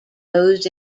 goes